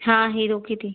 हाँ हीरो की थी